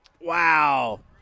Wow